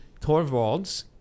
Torvalds